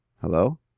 Hello